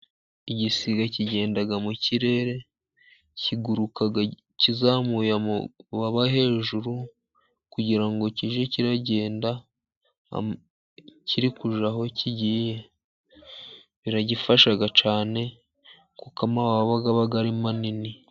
Igisiga kigenda mu kirere kiguruka kizamuye amababa hejuru, kugira ngo kijye kiragenda kiri kujya aho kigiye biragifasha cyane, kuko amababa aba ari manini.